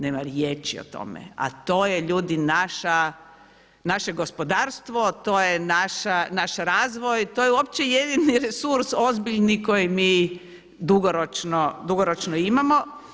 Nema riječi o tome, a to je ljudi naše gospodarstvo, to je naš razvoj, to je uopće jedini resurs ozbiljni koji mi dugoročno imamo.